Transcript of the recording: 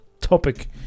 topic